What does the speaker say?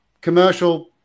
commercial